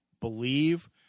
believe